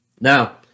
Now